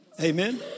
Amen